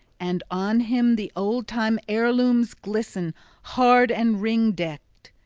and on him the old-time heirlooms glisten hard and ring-decked,